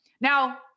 Now